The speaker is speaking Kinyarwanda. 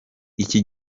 iki